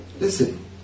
Listen